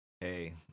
Hey